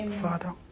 Father